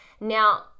Now